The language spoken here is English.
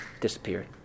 disappeared